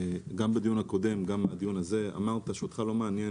גם בדיון הקודם וגם בדיון הזה אמרת שאותך לא מעניין